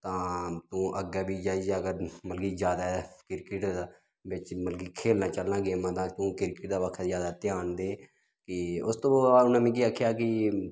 तां तूं अग्गें बी जाइयै जेकर अगर मतलब कि ज्यादा क्रिकेट बिच्च मतलब कि खेलना चाह्न्ना गेमां तां तूं क्रिकेट दी पक्खै ज्यादा ध्यान दे फ्ही उस तूं बाद उ'नें मिगी आखेआ कि